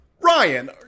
Ryan